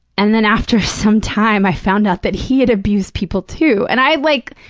and then after some time, i found out that he had abused people, too. and i, like,